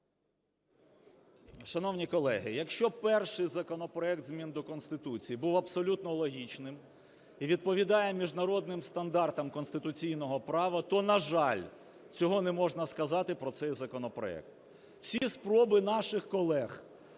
Шановні колеги, якщо перший законопроект змін до Конституції був абсолютно логічним і відповідає міжнародним стандартам конституційного права, то, на жаль, цього не можна сказати про цей законопроект. Всі спроби наших колег